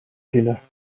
dinner